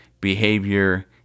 behavior